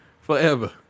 Forever